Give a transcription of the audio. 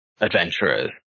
adventurers